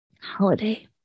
holiday